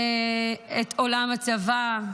את עולם הצבא,